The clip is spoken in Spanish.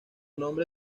nombre